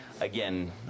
again